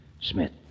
Smith